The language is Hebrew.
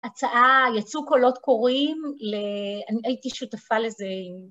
הצעה, יצאו קולות קוראים, אני הייתי שותפה לזה.